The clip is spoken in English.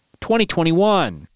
2021